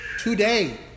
today